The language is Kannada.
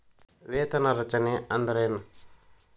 ವೇತನ ರಚನೆ ಅಂದ್ರೆನ?